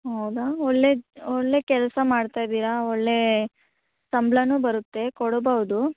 ಹೌದಾ ಒಳ್ಳೆಯ ಒಳ್ಳೆಯ ಕೆಲಸ ಮಾಡ್ತಾ ಇದ್ದೀರ ಒಳ್ಳೆಯ ಸಂಬಳನು ಬರುತ್ತೆ ಕೊಡಬಹುದು